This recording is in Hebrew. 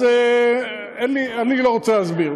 אז אני לא רוצה להסביר.